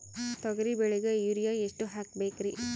ತೊಗರಿ ಬೆಳಿಗ ಯೂರಿಯಎಷ್ಟು ಹಾಕಬೇಕರಿ?